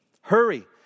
Hurry